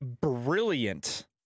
brilliant